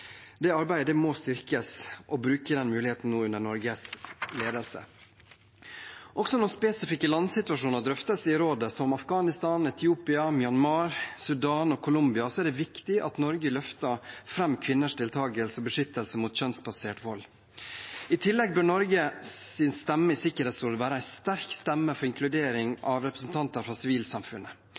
Det arbeidet må styrkes, og vi må bruke den muligheten nå under Norges ledelse. Også når spesifikke landsituasjoner drøftes i Rådet, som Afghanistan, Etiopia, Myanmar, Sudan og Colombia, er det viktig at Norge løfter fram kvinners deltakelse og beskyttelse mot kjønnsbasert vold. I tillegg bør Norges stemme i Sikkerhetsrådet være en sterk stemme for inkludering av representanter fra sivilsamfunnet.